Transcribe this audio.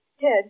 Ted